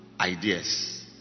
ideas